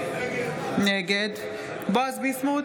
נגד בועז ביסמוט,